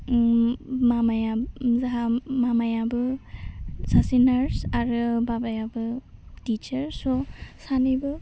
ओम मामाया जोंहा मामायाबो सासे नार्स आरो बाबायाबो टिसार स सानैबो